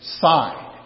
side